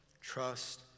trust